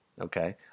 Okay